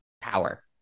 power